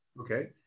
Okay